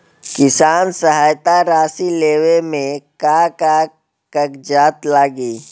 किसान सहायता राशि लेवे में का का कागजात लागी?